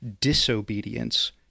disobedience